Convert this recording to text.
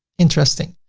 interesting.